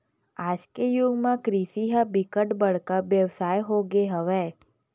आज के जुग म कृषि ह बिकट बड़का बेवसाय हो गे हवय